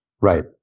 Right